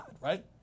right